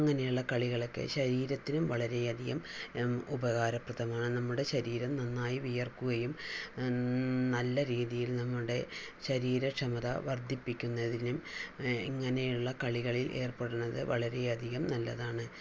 അങ്ങനെയുള്ള കളികളൊക്കെ ശരീരത്തിനും വളരെയധികം ഉപകാരപ്രദമാണ് നമ്മുടെ ശരീരം നന്നായി വിയർക്കുകയും നല്ല രീതിയിൽ നമ്മുടെ ശരീര ക്ഷമത വർധിപ്പിക്കുന്നതിനും ഇങ്ങനെയുള്ള കളികളിൽ ഏർപ്പെടുന്നത് വളരെയധികം നല്ലതാണ്